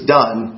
done